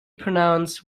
pronounced